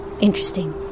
Interesting